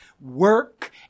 Work